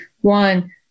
one